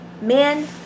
men